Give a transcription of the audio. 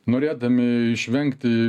norėdami išvengti